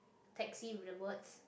taxi with the words